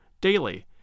daily